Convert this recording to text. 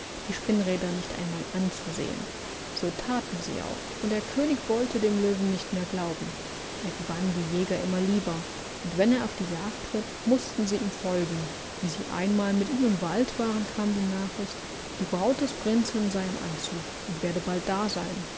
die spinnräder nicht einmal anzusehen so thaten sie auch und der könig wollte dem löwen nicht mehr glauben er gewann die jäger immer lieber und wenn er auf die jagd ritt mußten sie ihm folgen wie sie einmal mit ihm im wald waren kam die nachricht die braut des prinzen sey im anzug und werde bald da